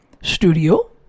studio